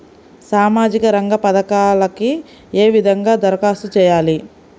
సామాజిక రంగ పథకాలకీ ఏ విధంగా ధరఖాస్తు చేయాలి?